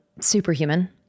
superhuman